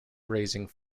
grazing